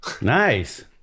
Nice